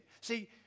see